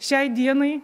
šiai dienai